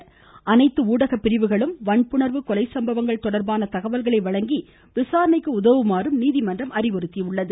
மேலும் அனைத்து ஊடக பிரிவுகளும் வன்புணர்வு கொலை சம்பவங்கள் தொடர்பான தகவல்களை வழங்கி விசாரணைக்கு நீதிமன்றம் உதவுமாறும் அறிவுறுத்தியுள்ளது